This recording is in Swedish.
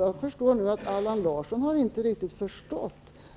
Jag förstår nu att Allan Larsson inte riktigt har förstått